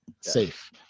safe